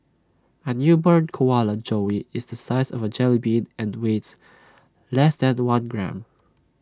A newborn koala joey is the size of A jellybean and weighs less than one gram